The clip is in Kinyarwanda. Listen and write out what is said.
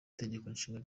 itegekonshinga